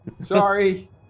Sorry